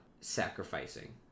sacrificing